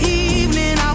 evening